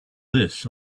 this